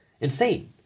insane